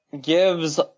gives